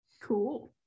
Cool